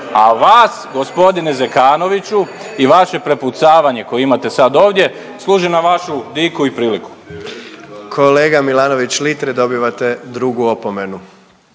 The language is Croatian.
a vas, g. Zekanoviću i vaše prepucavanje koje imate sad ovdje služi na vašu diku i priliku. **Jandroković, Gordan (HDZ)** Kolega Milenović Litre, dobivate drugu opomenu.